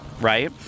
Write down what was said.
right